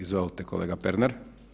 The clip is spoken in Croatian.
Izvolite kolega Pernar.